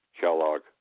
Kellogg